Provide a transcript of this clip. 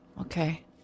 Okay